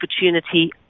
opportunity